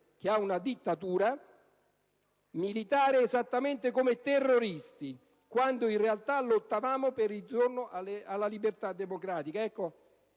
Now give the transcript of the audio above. dalla dittatura militare esattamente così, "terroristi", quando in realtà lottavamo per il ritorno alle libertà democratiche».